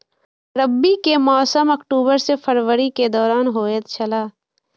रबी के मौसम अक्टूबर से फरवरी के दौरान होतय छला